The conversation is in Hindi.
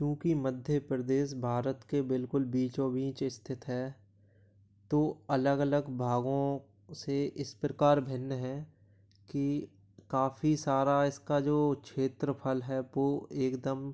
क्योंकि मध्य प्रदेश भारत के बिल्कुल बीचो बीच स्थित है तो अलग अलग भागों से इस प्रकार भिन्न हैं कि काफी सारा इसका जो क्षेत्रफल है वो एकदम